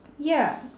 ya